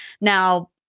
Now